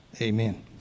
Amen